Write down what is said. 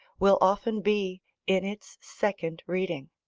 will often be in its second reading.